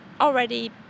already